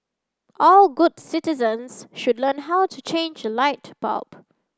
all good citizens should learn how to change a light bulb